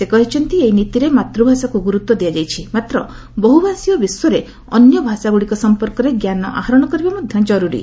ସେ କହିଛନ୍ତି ଏହି ନୀତିରେ ମାତୃଭାଷାକୁ ଗୁରୁତ୍ୱ ଦିଆଯାଇଛି ମାତ୍ର ବହୁଭାଷୀୟ ବିଶ୍ୱରେ ଅନ୍ୟ ଭାଷାଗୁଡ଼ିକ ସମ୍ପର୍କରେ ଜ୍ଞାନ ଆହରଣ କରିବା ମଧ୍ୟ ଜରୁରୀ